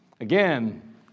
Again